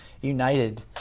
united